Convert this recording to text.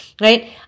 right